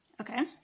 Okay